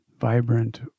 vibrant